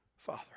Father